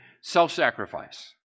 self-sacrifice